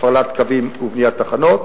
הפעלת קווים ובניית תחנות.